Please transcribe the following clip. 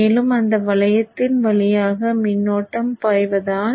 மேலும் அந்த வளையத்தின் வழியாக மின்னோட்டம் பாய்வதால்